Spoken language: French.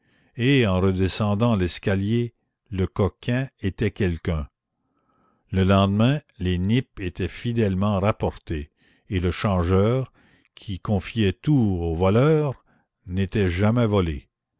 et en redescendant l'escalier le coquin était quelqu'un le lendemain les nippes étaient fidèlement rapportées et le changeur qui confiait tout aux voleurs n'était jamais volé